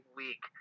week